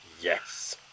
Yes